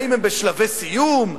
האם הן בשלבי סיום?